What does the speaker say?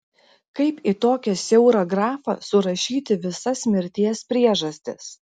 kaip į tokią siaurą grafą surašyti visas mirties priežastis